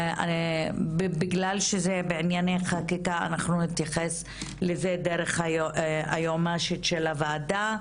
בגלל שזה בענייני חקיקה אנחנו נתייחס לזה דרך היועמ"שית של הוועדה,